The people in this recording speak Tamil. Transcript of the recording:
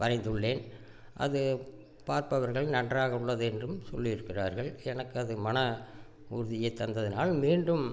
வரைந்துள்ளேன் அது பார்ப்பவர்கள் நன்றாக உள்ளது என்றும் சொல்லி இருக்கிறார்கள் எனக்கு அது மன உறுதியை தந்ததனால் மீண்டும்